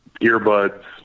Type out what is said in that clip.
earbuds